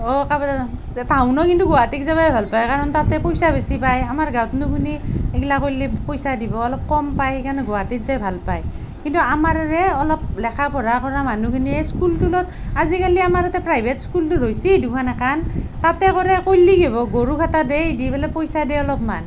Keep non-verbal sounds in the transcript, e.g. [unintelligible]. অ' [unintelligible] টাউনৰ কিন্তু গুৱাহাটীত যাব ভালপায় কাৰণ তাতে পইচা বেছি পাই আমাৰ গাওঁতনো কোনে এইবিলাক কৰিলে পইচা দিব অলপ কম পাই কাৰণে গুৱাহাটীত যায় ভালপায় কিন্তু আমাৰ এই অলপ লেখা পঢ়া কৰা মানুহখিনিয়ে স্কুল টোলত আজিকালি আমাৰ ইয়াতে প্ৰাইভেট স্কুলটো হৈছে দুখন এখন তাতে কৰে কৰিলে কি হ'ব গৰু খটা দিয়ে দি পেলাই পইচা দিয়ে অলপমান